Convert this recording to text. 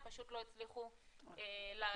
הם פשוט לא הצליחו לעלות בזום.